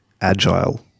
agile